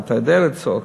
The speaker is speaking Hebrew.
אתה יודע לצעוק,